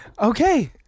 Okay